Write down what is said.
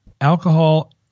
Alcohol